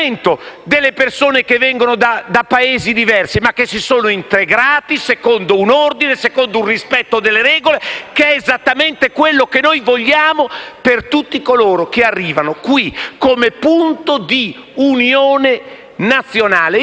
persone che vengono da Paesi diversi e che si sono integrate secondo un ordine e un rispetto delle regole che è esattamente quello che noi vogliamo per tutti coloro che arrivano qui come punto di unione nazionale.